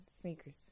Sneakers